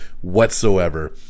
whatsoever